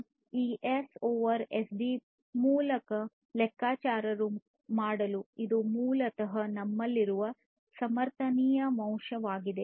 ಆದ್ದರಿಂದ ಈ S over SD ಮೂಲಕ ಲೆಕ್ಕಾಚಾರ ಮಾಡಲು ಇದು ಮೂಲತಃ ನಮ್ಮಲ್ಲಿರುವ ಸಮರ್ಥನೀಯ ಅಂಶವಾಗಿದೆ